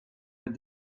with